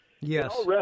yes